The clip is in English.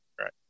right